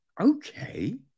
Okay